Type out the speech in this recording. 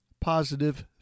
positive